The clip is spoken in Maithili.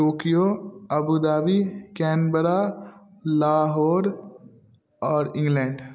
Tokyo Abu Dhabi Canberra Lahore आओर इङ्गलैण्ड